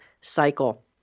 cycle